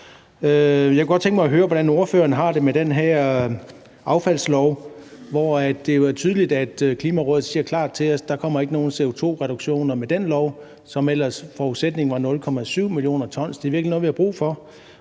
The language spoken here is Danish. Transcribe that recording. Jeg kunne godt tænke mig at høre, hvordan ordføreren har det med den her affaldslov. Det er jo tydeligt – det Klimarådet klart siger til os – at der ikke kommer nogen CO2-reduktioner med den lov. Forudsætningen var ellers 0,7 mio. t., og det er virkelig noget, vi har brug for.